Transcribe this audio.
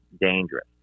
dangerous